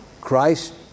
Christ